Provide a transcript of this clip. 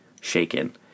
shaken